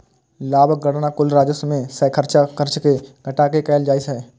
लाभक गणना कुल राजस्व मे सं खर्च कें घटा कें कैल जाइ छै